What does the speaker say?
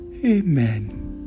Amen